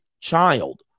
child